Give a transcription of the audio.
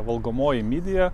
valgomoji midija